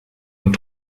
und